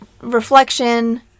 reflection